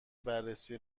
بررسی